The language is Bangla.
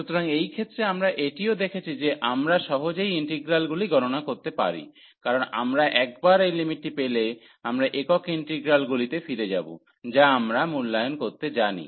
সুতরাং এই ক্ষেত্রে আমরা এটিও দেখেছি যে আমরা সহজেই ইন্টিগ্রালগুলি গননা করতে পারি কারণ আমরা একবার এই লিমিটটি পেলে আমরা একক ইন্টিগ্রালগুলিতে ফিরে যাব যা আমরা মূল্যায়ন করতে জানি